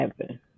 happen